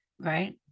right